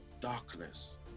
darkness